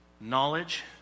Knowledge